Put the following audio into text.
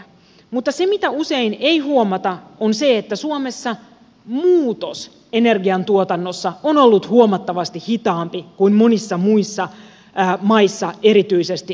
mutta se mitä usein ei huomata on se että suomessa muutos energiantuotannossa on ollut huomattavasti hitaampi kuin monissa muissa maissa erityisesti euroopassa